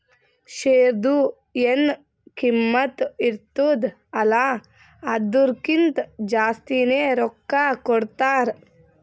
ಶೇರ್ದು ಎನ್ ಕಿಮ್ಮತ್ ಇರ್ತುದ ಅಲ್ಲಾ ಅದುರ್ಕಿಂತಾ ಜಾಸ್ತಿನೆ ರೊಕ್ಕಾ ಕೊಡ್ತಾರ್